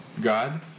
God